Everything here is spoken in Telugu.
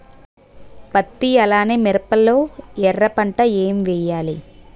పత్తి అలానే మిరప లో ఎర పంట ఏం వేయాలి?